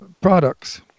products